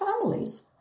families